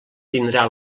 tindrà